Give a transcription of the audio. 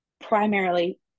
primarily